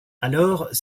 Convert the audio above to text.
alors